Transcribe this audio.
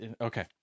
Okay